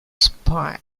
spine